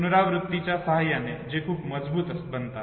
पुनरावृत्तीच्या सहाय्याने ते खूप मजबूत बनतात